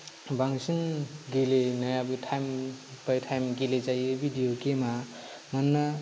बांसिन गेलेनायाबो time by time गेलेजायो भिडिअ गेमा मानोना